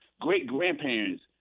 great-grandparents